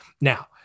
now